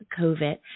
COVID